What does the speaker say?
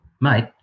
mate